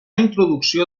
introducció